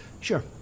Sure